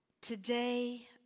Today